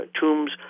tombs